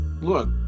Look